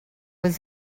was